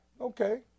Okay